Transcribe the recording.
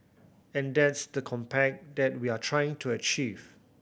and that's the compact that we're trying to achieve